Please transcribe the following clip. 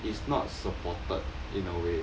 it's not supported in a way